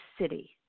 City